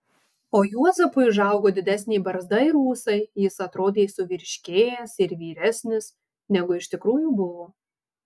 o juozapui užaugo didesnė barzda ir ūsai jis atrodė suvyriškėjęs ir vyresnis negu iš tikrųjų buvo